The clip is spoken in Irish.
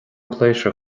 pléisiúr